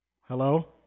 Hello